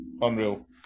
Unreal